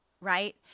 right